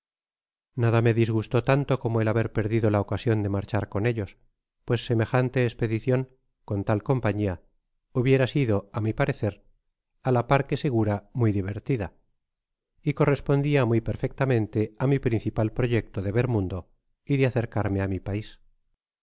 nada me disgustó tanto como el haber perdido la ocasien de marchar con ellos pues semejante espedicion con tal compañia hubiera sido á mi parecer á la par que segura muy divertida y correspondia muy perfectamente á mi principal proyecto de ver mundo y de acercarme á mi pais